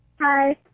Hi